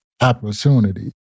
opportunity